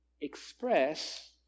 express